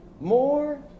more